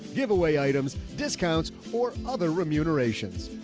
giveaway items, discounts, or other remunerations.